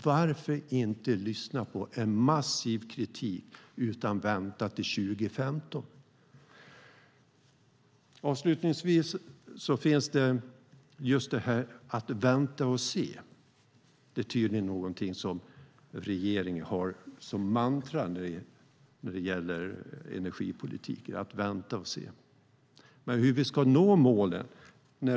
Varför inte lyssna på en massiv kritik utan vänta till 2015? Att vänta och se är tydligen någonting som regeringen har som mantra när det gäller energipolitik. Men hur ska vi nå målen?